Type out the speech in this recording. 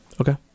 Okay